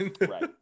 Right